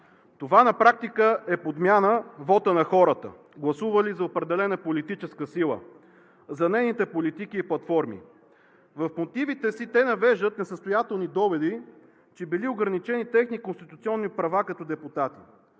Това на практика е подмяна на вота на хората, гласували за определена политическа сила, за нейните политики и платформи. В мотивите си те привеждат несъстоятелни доводи, че били ограничени техни конституционни права като депутати.